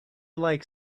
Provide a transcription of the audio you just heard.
like